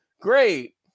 great